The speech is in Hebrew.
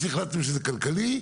once החלטתם שזה כלכלי,